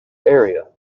area